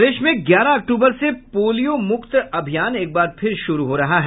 प्रदेश में ग्यारह अक्टूबर से पोलियो मुक्त अभियान एक बार फिर शुरू हो रहा है